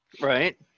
Right